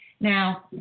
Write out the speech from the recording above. now